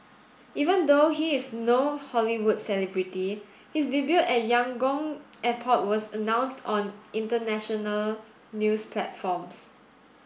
even though he is no Hollywood celebrity his debut at Yangon airport was announced on international news platforms